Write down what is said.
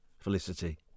Felicity